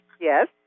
Yes